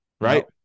right